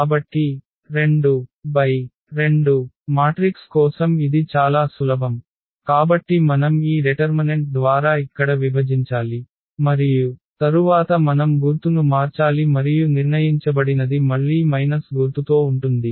కాబట్టి 2x2 matrix కోసం ఇది చాలా సులభం కాబట్టి మనం ఈ డెటర్మనెంట్ ద్వారా ఇక్కడ విభజించాలి మరియు తరువాత మనం గుర్తును మార్చాలి మరియు నిర్ణయించబడినది మళ్ళీ గుర్తుతో ఉంటుంది